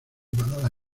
balada